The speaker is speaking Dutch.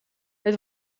het